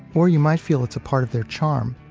or you might feel it's a part of their charm.